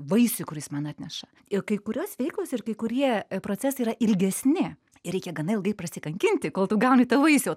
vaisių kurį jis man atneša ir kai kurios veiklos ir kai kurie procesai yra ilgesni ir reikia gana ilgai prasikankinti kol tu gauni tą vaisių